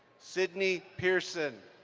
sydney pearson.